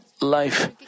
life